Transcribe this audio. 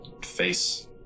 face